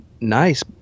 nice